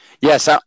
Yes